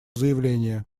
заявление